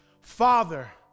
Father